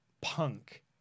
Punk